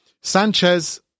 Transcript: sanchez